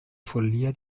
follia